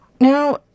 now